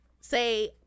say